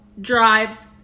drives